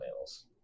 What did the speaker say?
males